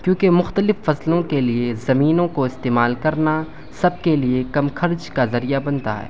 کیونکہ مختلف فصلوں کے لیے زمینوں کو استعمال کرنا سب کے لیے کم خرچ کا ذریعہ بنتا ہے